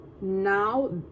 now